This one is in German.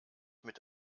mit